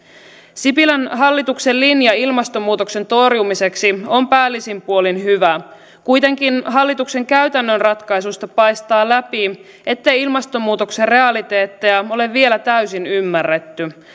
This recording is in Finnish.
sipilän hallituksen linja ilmastonmuutoksen torjumiseksi on päällisin puolin hyvä kuitenkin hallituksen käytännön ratkaisuista paistaa läpi ettei ilmastonmuutoksen realiteetteja ole vielä täysin ymmärretty